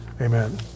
Amen